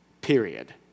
period